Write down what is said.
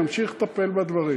נמשיך לטפל בדברים.